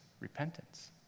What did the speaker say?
repentance